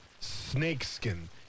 snakeskin